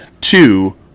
Two